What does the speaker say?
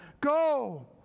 go